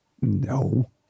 No